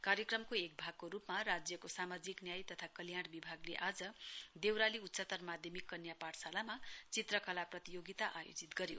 कार्यक्रमको एक भागको रूपमा राज्यको सामाजिक न्याय तथा कल्याण विभागले आज देउराली उच्चतर माध्यमिक कन्या पाठशालामा चित्रकला प्रतियोगिता आयोजित गर्यो